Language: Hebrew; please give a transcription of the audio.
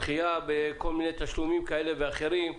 דחייה בתשלומים כאלהה ואחרים.